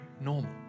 normal